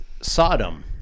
Sodom